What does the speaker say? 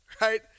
Right